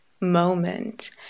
moment